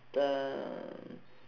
the